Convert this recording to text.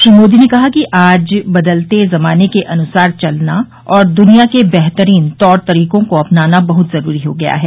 श्री मोदी ने कहा कि आज बदलते जमाने के अनुसार चलना और दुनिया के बेहतरीन तौर तरीको को अपनाना बहुत जरूरी हो गया है